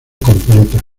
completa